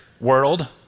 world